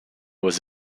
was